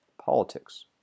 politics